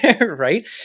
right